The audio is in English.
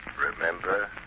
Remember